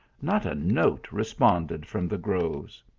not a note responded from the groves.